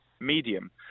medium